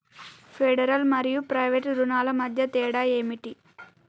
Federal మరియు private రుణాల మధ్య తేడా ఏమిటి?